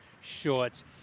shorts